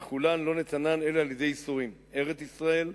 וכולן לא נתנן אלא על-ידי ייסורים: ארץ-ישראל,